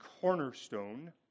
cornerstone